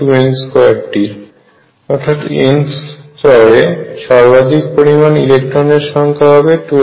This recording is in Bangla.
nth স্তরে সর্বাধিক পরিমাণ ইলেকট্রনের সংখ্যা হবে 2n2